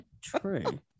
True